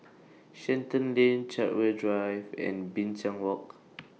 Shenton Lane Chartwell Drive and Binchang Walk